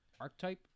archetype